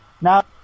Now